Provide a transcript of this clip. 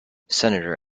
senator